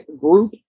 group